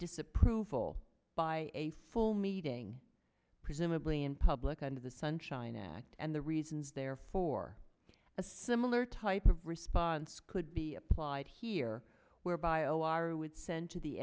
disapproval by a full meeting presumably in public under the sunshine act and the reasons there for a similar type of response could be applied here where bio are would send to the